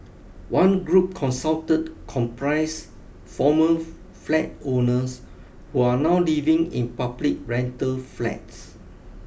one group consulted comprise former flat owners who are now living in public rental flats